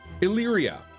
Illyria